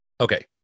Okay